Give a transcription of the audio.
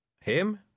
Him